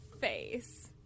face